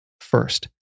First